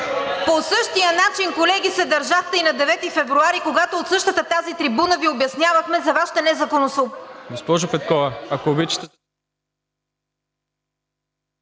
По същия начин, колеги, се държахте и на 9 февруари, когато от същата тази трибуна Ви обяснявахме за Вашите незаконосъобразни…